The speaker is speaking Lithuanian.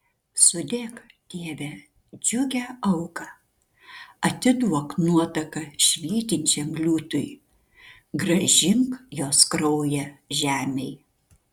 sudėk tėve džiugią auką atiduok nuotaką švytinčiam liūtui grąžink jos kraują žemei